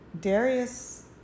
Darius